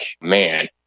man